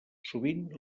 sovint